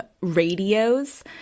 radios